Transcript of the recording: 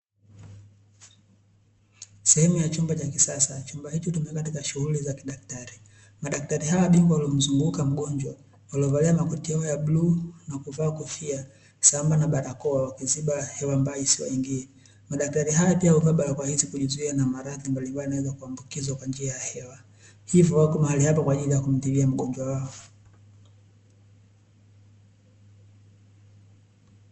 Sehemu ya chumba cha kisasa. Chumba hicho hutumika katika shughuli za kidaktari. Madaktari hao bingwa waliomzunguka mgonjwa wakiovalia makoti yao ya bluu na kuvaa kofia sambamba na barakoa wakizuia hewa mbaya isiwaingie. Madaktari hao pia huvaa barakoa hizo kujikinga na maradhi mbalimbali yanayoweza kuambukiza kwa njia ya hewa, hivyo wako mahali hapa kwa ajili ya kumtibu mgonjwa wao.